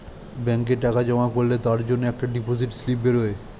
ব্যাংকে টাকা জমা করলে তার জন্যে একটা ডিপোজিট স্লিপ বেরোয়